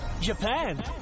Japan